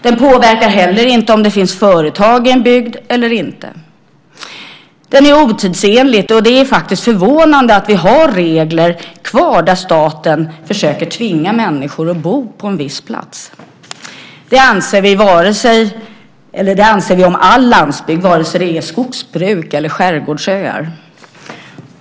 Den påverkar heller inte om det finns företag i en bygd eller inte. Den är otidsenlig, och det är faktiskt förvånande att vi har regler kvar där staten försöker tvinga människor att bo på en viss plats. Det anser vi om all landsbygd, vare sig det är skogsbruk eller skärgårdsöar.